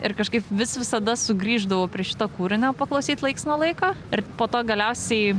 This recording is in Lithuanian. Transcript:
ir kažkaip vis visada sugrįždavau prie šito kūrinio paklausyt laiks nuo laiko ir po to galiausiai